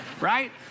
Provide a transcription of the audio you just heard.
right